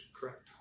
Correct